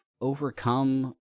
overcome